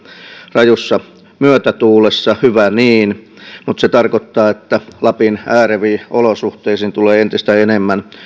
rajussa myötätuulessa hyvä niin mutta se tarkoittaa että lapin ääreviin olosuhteisiin tulee entistä enemmän